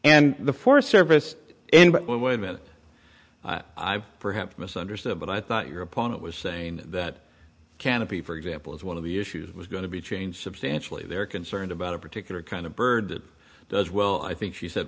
and the forest service but wait a minute i've perhaps misunderstood but i thought your opponent was saying that canopy for example is one of the issues it was going to be changed substantially they're concerned about a particular kind of bird that does well i think she said